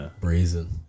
brazen